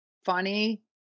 funny